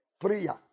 Prayer